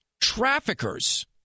traffickers